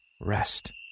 rest